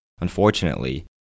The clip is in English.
Unfortunately